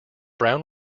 brown